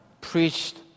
preached